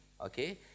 okay